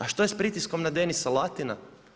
A što je sa pritiskom na Denisa Latina?